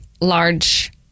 large